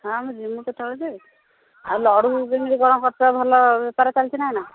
ହଁ ମୁଁ ଯିମୁ କେତେବେଳେ ଯେ ଆଉ ଲଡ଼ୁ କେମିତି କ'ଣ କରିଛ ଭଲ ବେପାର ଚାଲିଛି ନା ନା